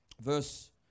verse